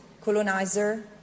colonizer